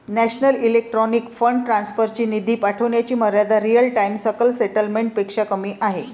national electronic fund transfer ची निधी पाठविण्याची मर्यादा रिअल टाइम सकल सेटलमेंट पेक्षा कमी आहे